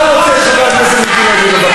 נא להוציא את חבר הכנסת מיקי לוי.